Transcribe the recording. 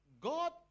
God